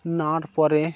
নার পরে